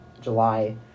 July